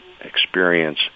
experience